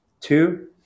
two